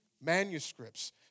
manuscripts